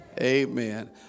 Amen